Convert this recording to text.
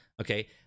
okay